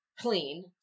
clean